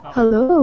Hello